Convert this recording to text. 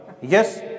Yes